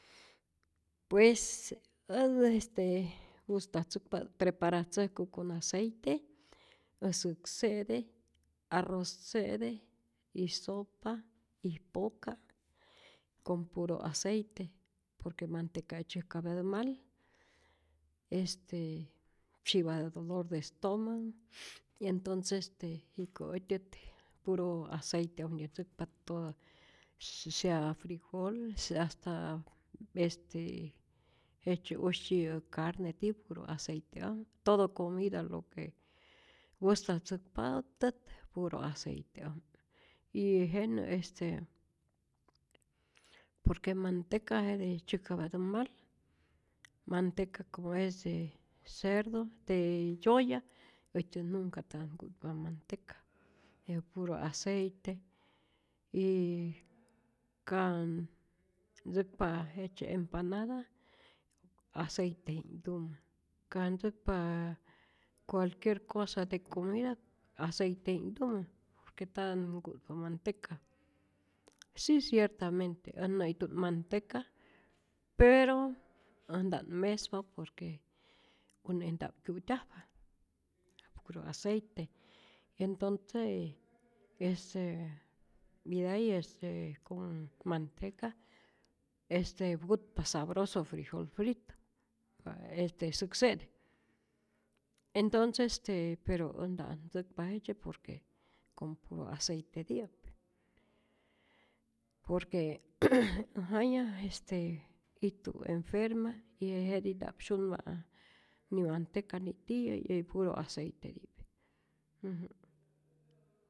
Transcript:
Pues ät este ngustatzäkpa't preparatzäjku con aceite äj säk se'te, arroz se'te, y sopa y poka', con puro aceite por que manteca' tzäjkapyatä mal, este tzyi'patä dolor de estomago, y entonce jiko äjtyät puro aceite'ojmtyät ntzäkpa toda, sea frijol, sea hasta este jejtzye usytyiyä carne tiyä puro aceite'oj, todo comida lo que ngustatzäkpaptä't puro aceite'ojmä y jenä este por que manteca jete tzyäjkapyatä mal, manteca como es de cerdo de yoya, äjtyät nunca ntatät nku'tpa manteca, je puro aceite y ka ntzäkpa jejtzye empanada aceiteji'knhtumä, ka ntzäkpa cualquier cosa de comida aceiteji'knhtumä por que ntatät nku'tpa manteca, si ciertamente äj nä'ijtu't manteca pero äj nta't mespa por que une' nta'p kyu'tyajpa, puro aceite, entonce este iday este con manteca, este putpa sabroso frijol frito, pa este säk se'te, entonces este pero ät nta'at ntzäkpa jejtzye por que com puro aceiteti'ap, por que äj jaya este ijtu enferma y je jetij ntap syunpa ä ni manteca nitiyä y puro aceite'pi'k. äjä'.